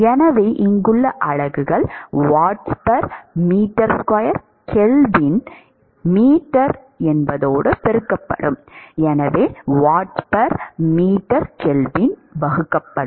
எனவே இங்குள்ள அலகுகள் Wm 2 Kelvin m பெருக்கப்படும் Wm Kelvin வகுக்கப்படும்